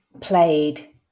played